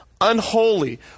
unholy